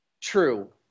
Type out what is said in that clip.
True